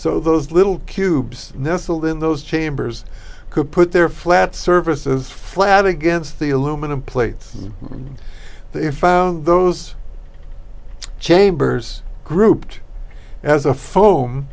so those little cubes nestled in those chambers could put their flat surfaces flat against the aluminum plates and they found those chambers grouped as a